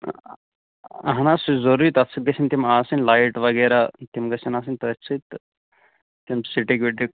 اَہَن حظ سُہ چھُ ضروٗری تَتھ سۭتۍ گٔژھن تِم آسٕنۍ لایٹ وغیرہ تِم گَژھن آسٕنۍ تٔتھۍ سۭتۍ تہٕ تِم سِٹِک وِٹِک